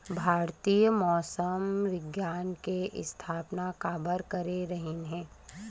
भारती मौसम विज्ञान के स्थापना काबर करे रहीन है?